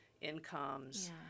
incomes